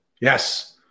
Yes